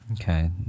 Okay